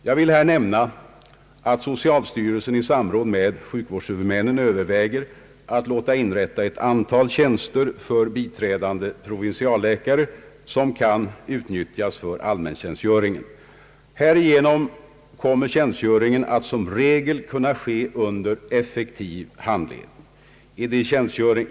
Jag vill här nämna att socialstyrelsen i samråd med sjukvårdshuvudmännen överväger att låta inrätta ett antal tjänster för biträdande provinsialläkare som kan utnyttjas för allmäntjänstgöringen. Härigenom kommer tjänstgöringen som regel att kunna ske under effektiv handledning.